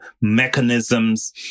mechanisms